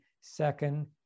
second